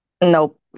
Nope